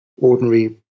ordinary